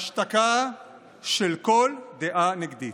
השתקה של כל דעה נגדית.